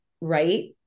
right